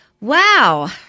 Wow